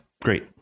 Great